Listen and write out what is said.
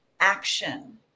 action